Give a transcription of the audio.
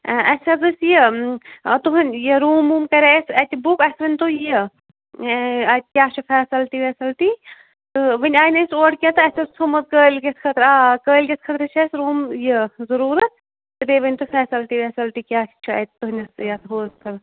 اسہِ حظ ٲسۍ یہِ تہنٛد یہِ روٗم ووٗم کَرے اسہِ اَتہِ بُک اسہِ ؤنۍ تو یہِ ٲں اَتہِ کیٛاہ چھِ فیسَلٹی ویسَلٹی تہٕ وُنہِ آے نہٕ أسۍ اور کیٚنٛہہ تہٕ اسہِ اوس تھوٚمُت کٲلکیٚتھ خٲطرٕ آ کٲلکیٚتھ خٲطرٕ چھُ اسہِ روٗم یہِ ضروٗرت تہٕ بیٚیہِ ؤنۍ تو فیسَلٹی ویسَلٹی کیٛاہ چھُ اَتہِ تُہٕنٛدِس ییٚتھ ہوٹَلَس